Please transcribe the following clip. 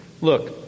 Look